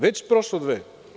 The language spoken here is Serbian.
Već prošlo dve?